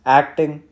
acting